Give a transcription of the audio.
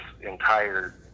entire